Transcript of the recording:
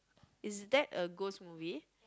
is that a ghost movie